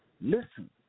Listen